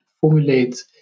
formulate